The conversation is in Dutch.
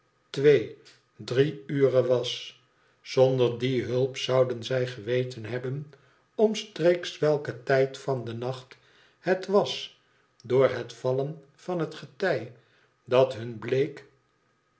twee drie ore was zonder die hulp zouden zij geweten hebben omstreeks welken tijd van den nacht het was door het vallen van het getij dat hun bleek